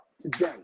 today